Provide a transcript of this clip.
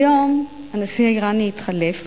כיום הנשיא האירני התחלף